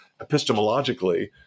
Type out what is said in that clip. epistemologically